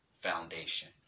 foundation